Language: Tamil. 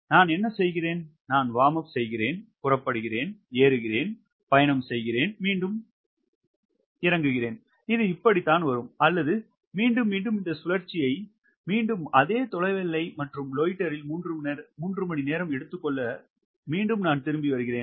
எனவே நான் என்ன செய்கிறேன் நான் வார்ம் அப் செய்கிறேன் புறப்படுகிறேன் ஏறுகிறேன் பயணம் செய்கிறேன் மீண்டும் பயணிக்கிறேன் இது இப்படித்தான் வரும் அல்லது மீண்டும் மீண்டும் இந்த சுழற்சியை மீண்டும் அதே தொலைவெல்லை மற்றும் லோய்ட்டரில் 3 மணி நேரம் எடுத்துக்கொள்ள மீண்டும் நான் திரும்பி வருகிறேன்